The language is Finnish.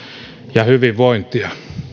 ja hyvinvointia